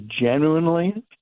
genuinely